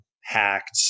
hacked